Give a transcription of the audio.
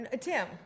Tim